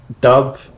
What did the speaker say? dub